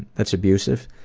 that's abusive.